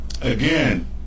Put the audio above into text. again